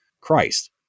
Christ